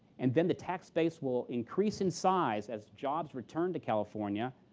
and then the tax base will increase in size as jobs return to california,